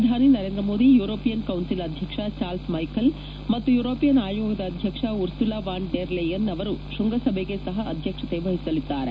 ಪ್ರಧಾನಿ Narendra Modi European council ಅಧ್ಯಕ್ಷ Charles Michel ಮತ್ತು ಯುರೋಪಿಯನ್ ಆಯೊಸದ ಅಧ್ಯಕ್ಷ ಉರ್ಸುಲಾ ವಾನ್ ಡರ್ ಲೇಯನ್ ಆವರು ತ್ಯಂಗಸಭಿಗೆ ಸಹ ಆದ್ದಕ್ಷತೆ ವಹಿಸಲಿದ್ದಾರೆ